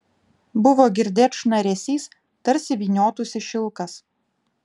buvo girdėt šnaresys tarsi vyniotųsi šilkas